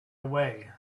away